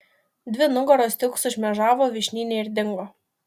dvi nugaros tik sušmėžavo vyšnyne ir dingo